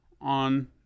on